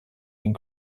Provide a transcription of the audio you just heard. den